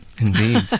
Indeed